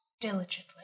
diligently